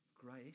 Grace